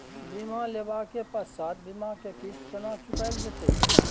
बीमा लेबा के पश्चात बीमा के किस्त केना चुकायल जेतै?